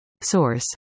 Source